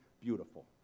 beautiful